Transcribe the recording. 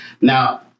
Now